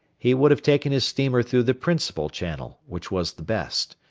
he would have taken his steamer through the principal channel, which was the best,